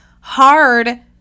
hard